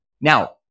Now